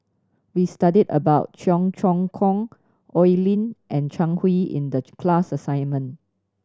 we studied about Cheong Choong Kong Oi Lin and Zhang Hui in the class assignment